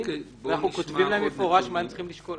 ואנחנו כותבים להם במפורש מה הם צריכים לשקול.